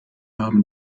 haben